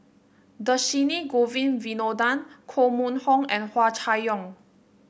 Dhershini Govin Winodan Koh Mun Hong and Hua Chai Yong